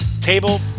table